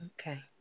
Okay